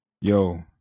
Yo